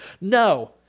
No